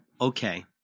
okay